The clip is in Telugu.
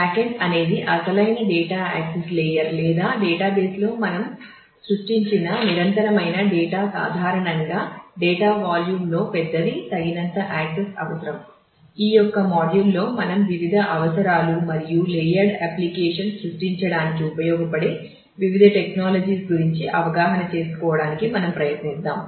బ్యాక్ఎండ్ గురించి అవగాహన చేసుకోవడానికి మనం ప్రయత్నిద్దాం